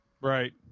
Right